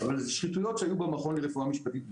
אבל זה שחיתויות שהיו במכון לרפואה משפטית בזמנו.